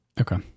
okay